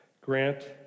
grant